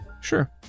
Sure